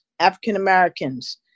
African-Americans